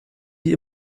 die